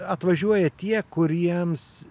atvažiuoja tie kuriems